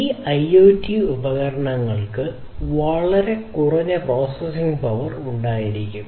ഈ IoT ഉപകരണങ്ങൾക്ക് വളരെ കുറഞ്ഞ പ്രോസസ്സിംഗ് പവർ ഉണ്ടായിരിക്കും